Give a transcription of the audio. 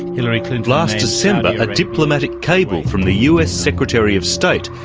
you know last december a diplomatic cable from the us secretary of state,